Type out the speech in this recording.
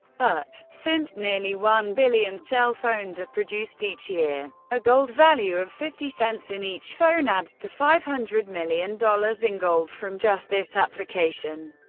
but since nearly one billion cell phones are produced each year, a gold value of fifty cents in each phone adds to five hundred million dollars in gold from just this application.